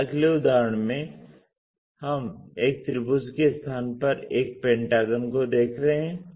इस अगले उदाहरण में हम एक त्रिभुज के स्थान पर एक पेंटागन को देख रहे हैं